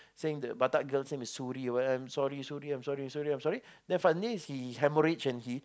saying the batak girl's name is Suri oh I am sorry Suri I am sorry I am sorry I am sorry then finally he hemorrhage and then he